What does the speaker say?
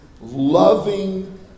loving